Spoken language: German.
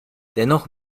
dennoch